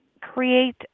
create